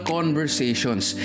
Conversations